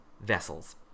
vessels